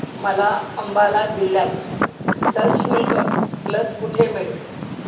मला अंबाला जिल्ह्यात सशुल्क लस कुठे मिळेल